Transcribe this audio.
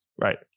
right